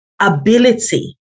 ability